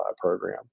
program